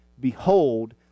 Behold